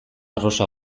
arrosa